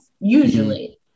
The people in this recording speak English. usually